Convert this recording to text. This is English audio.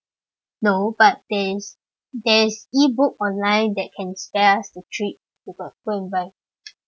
no but there is there's e-book online that can spare us to trip go and out buy